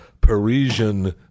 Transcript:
Parisian